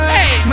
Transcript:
Hey